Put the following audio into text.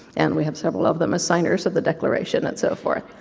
and we have several of them as signers of the declaration, and so forth.